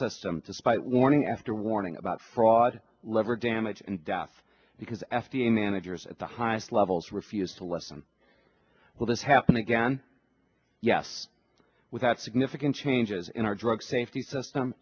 system despite warning after warning about fraud liver damage and death because f d a managers at the highest levels refused to listen will this happen again yes without significant changes in our drug safety system